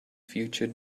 future